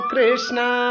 Krishna